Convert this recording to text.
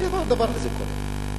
איפה דבר כזה קורה?